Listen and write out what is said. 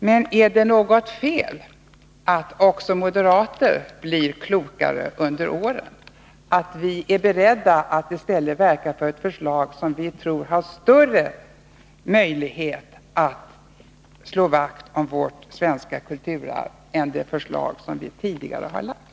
Men är det något fel i att också moderater blir klokare med åren och att vi är beredda att i stället verka för ett förslag som vi tror har större möjligheter att slå vakt om vårt svenska kulturarv än det förslag som vi tidigare har lagt.